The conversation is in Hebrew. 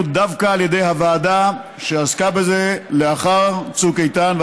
דווקא על ידי הוועדה שעסקה בזה לאחר צוק איתן,